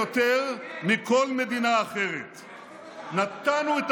כי אתה מפריע לחבר הכנסת נתניהו.